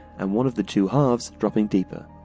and one of the two halves dropping deeper.